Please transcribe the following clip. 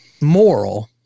moral